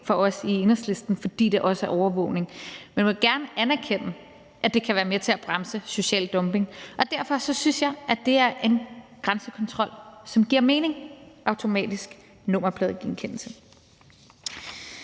for os i Enhedslisten, fordi det også er overvågning, men vi vil gerne erkende, at det kan være med til at bremse social dumping. Derfor synes jeg, dét er en grænsekontrol, som giver mening, altså automatisk nummerpladegenkendelse.